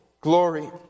glory